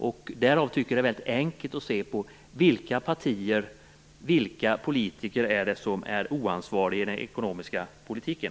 Därav tycker jag att det är väldigt enkelt att se vilka partier och vilka politiker det är som är oansvariga när det gäller den ekonomiska politiken.